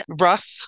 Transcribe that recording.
rough